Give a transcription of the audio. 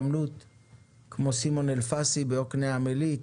כמו סימון אלפסי ביוקנעם עילית,